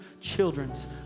children's